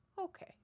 Okay